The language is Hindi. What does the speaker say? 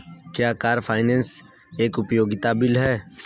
क्या कार फाइनेंस एक उपयोगिता बिल है?